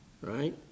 Right